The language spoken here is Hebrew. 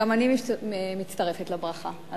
גם אני מצטרפת לברכה,